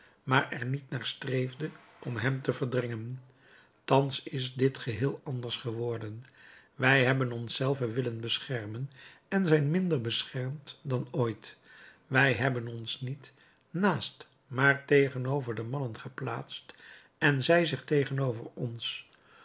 maar er niet naar streefde om hem te verdringen thans is dit geheel anders geworden wij hebben ons zelve willen beschermen en zijn minder beschermd dan ooit wij hebben ons niet naast maar tegenover de mannen geplaatst en zij zich tegenover ons